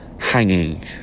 hanging